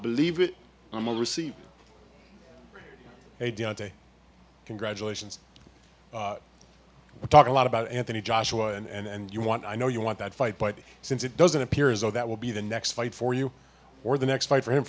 believe it i will receive congratulations you talk a lot about anthony joshua and you want i know you want that fight but since it doesn't appear as though that will be the next fight for you or the next fight for him